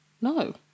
No